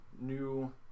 new